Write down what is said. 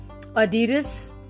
Adidas